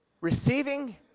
receiving